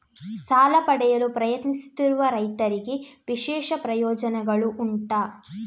ಸಾಲ ಪಡೆಯಲು ಪ್ರಯತ್ನಿಸುತ್ತಿರುವ ರೈತರಿಗೆ ವಿಶೇಷ ಪ್ರಯೋಜನೆಗಳು ಉಂಟಾ?